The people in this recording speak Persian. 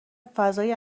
فضای